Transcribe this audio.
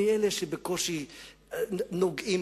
מאלה שבקושי נוגעים